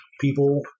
people